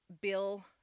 Bill